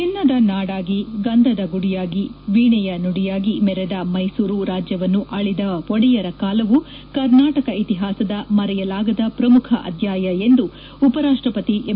ಚಿನ್ನದ ನಾಡಾಗಿ ಗಂಧದ ಗುಡಿಯಾಗಿ ವೀಣೆಯ ನುಡಿಯಾಗಿ ಮೆರೆದ ಮೈಸೂರು ರಾಜ್ಯವನ್ನು ಆಳಿದ ಒಡೆಯರ ಕಾಲವು ಕರ್ನಾಟಕ ಇತಿಹಾಸದ ಮರೆಯಲಾಗದ ಪ್ರಮುಖ ಅಧ್ಯಾಯ ಎಂದು ಉಪರಾಷ್ಟಪತಿ ಎಂ